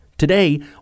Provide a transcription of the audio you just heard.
Today